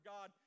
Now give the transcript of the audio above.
God